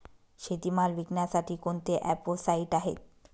शेतीमाल विकण्यासाठी कोणते ॲप व साईट आहेत?